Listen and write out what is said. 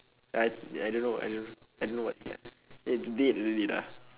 I I don't know I don't I don't know what's left eh d~ dead already lah